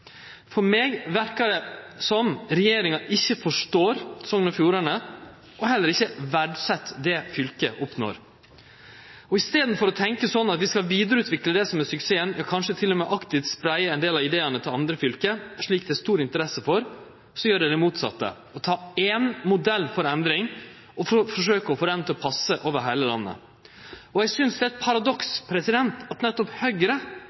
For meg verkar det som om regjeringa ikkje forstår Sogn og Fjordane, og heller ikkje verdset det fylket oppnår. I staden for å tenkje slik at ein skal vidareutvikle suksessen, ja, kanskje til og med aktivt spreie ein del av ideane til andre fylke, slik det er stor interesse for, gjer ein det motsette, ein tek ein modell for endring og forsøkjer å få han til å passe over heile landet. Eg synest det er eit paradoks at nettopp Høgre